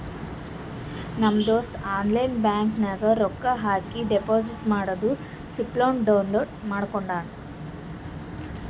ನಮ್ ದೋಸ್ತ online bank ನಾಗ್ ರೊಕ್ಕಾ ಹಾಕಿ ಡೆಪೋಸಿಟ್ ಮಾಡಿದ್ದು ಸ್ಲಿಪ್ನೂ ಡೌನ್ಲೋಡ್ ಮಾಡ್ಕೊಂಡ್